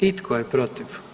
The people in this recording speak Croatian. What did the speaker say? I tko je protiv?